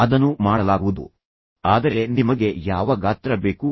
ಅದನ್ನು ಮಾಡಲಾಗುವುದು ಆದರೆ ನಿಮಗೆ ಯಾವ ಗಾತ್ರ ಬೇಕು